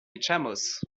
echamos